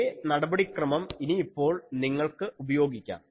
ഇതേ നടപടിക്രമം ഇനിയിപ്പോൾ നിങ്ങൾക്ക് ഉപയോഗിക്കാം